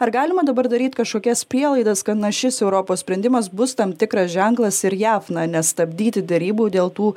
ar galima dabar daryt kažkokias prielaidas kad šis europos sprendimas bus tam tikras ženklas ir jav na nestabdyti derybų dėl tų